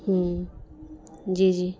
جی جی